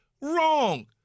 wrong